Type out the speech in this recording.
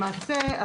למעשה,